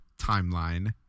timeline